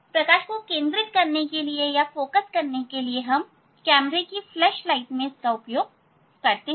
प्रकाश को केंद्रित करने के लिए हम कैमरे की फ्लैश लाइट में अवतल दर्पण का उपयोग करते हैं